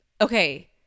Okay